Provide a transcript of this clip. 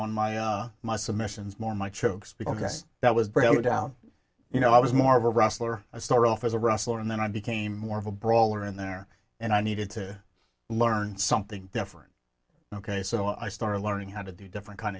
on my own my submissions more my chokes because that was breakdown you know i was more of a wrestler i start off as a wrestler and then i became more of a brawler in there and i needed to learn something different ok so i started learning how to do different kind